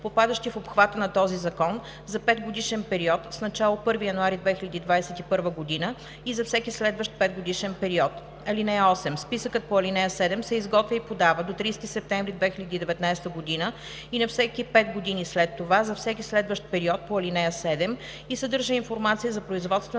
попадащи в обхвата на този закон, за 5-годишен период с начало 1 януари 2021 г. и за всеки следващ 5-годишен период. (8) Списъкът по ал. 7 се изготвя и подава до 30 септември 2019 г. и на всеки 5 години след това за всеки следващ период по ал. 7 и съдържа информация за производствената